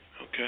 Okay